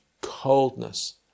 coldness